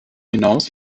hinaus